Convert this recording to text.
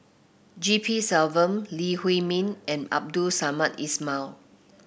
G P Selvam Lee Huei Min and Abdul Samad Ismail